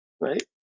right